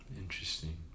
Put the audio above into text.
Interesting